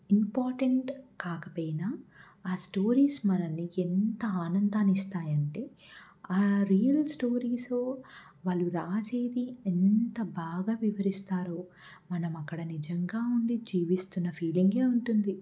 important కాకపోయినా ఆ stories మనల్ని ఎంత ఆనందాన్ని ఇస్తాయి అంటే ఆ రియల్ స్టోరీస్ వాళ్ళు రాసేవి ఎంత బాగా వివరిస్తారో మనం అక్కడ నిజంగా ఉండి జీవిస్తున్న ఫీలింగే ఉంటుంది